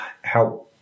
help